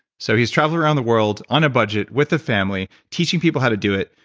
so he's traveled around the world, on a budget, with the family, teaching people how to do it.